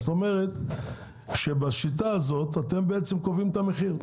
זאת אומרת שבשיטה הזאת אתם בעצם קובעים את המחיר.